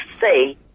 say